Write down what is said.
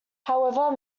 however